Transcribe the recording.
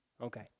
Okay